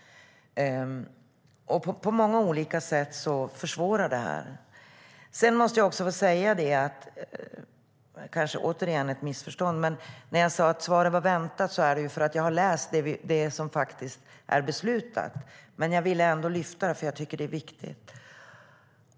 På många olika sätt försvårar det här. Det kanske återigen är ett missförstånd. När jag sade att svaret var väntat var det för att jag har läst det som faktiskt är beslutat. Jag ville ändå lyfta fram frågan, för jag tycker att den är viktig.